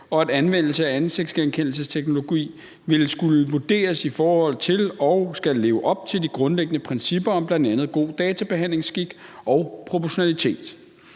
og at anvendelse af ansigtsgenkendelsesteknologi vil skulle vurderes i forhold til og skal leve op til de grundlæggende principper om bl.a. god databehandlingsskik og proportionalitet.